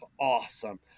awesome